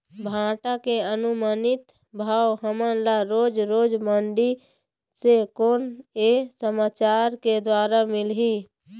भांटा के अनुमानित भाव हमन ला रोज रोज मंडी से कोन से समाचार के द्वारा मिलही?